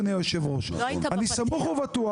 לא היית פה בפתיח.